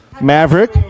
Maverick